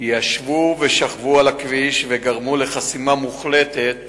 ישבו ושכבו על הכביש וגרמו לחסימה מוחלטת